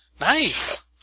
Nice